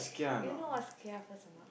you know what's kia first or not